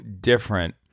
different